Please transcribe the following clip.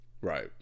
Right